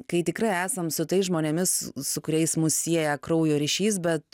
kai tikrai esam su tais žmonėmis su kuriais mus sieja kraujo ryšys bet